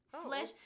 flesh